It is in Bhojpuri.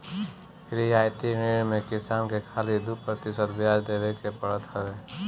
रियायती ऋण में किसान के खाली दू प्रतिशत बियाज देवे के पड़त हवे